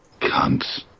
Cunts